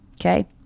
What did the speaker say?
okay